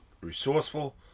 resourceful